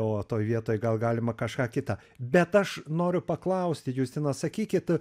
o toj vietoj gal galima kažką kita bet aš noriu paklausti justino sakykit